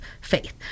faith